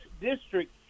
district